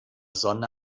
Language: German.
sonne